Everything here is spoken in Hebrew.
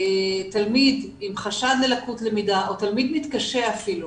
תלמיד עם חשד ללקות למידה או תלמיד מתקשה אפילו,